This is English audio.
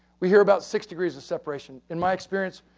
we hear about six degrees of separation. in my experience,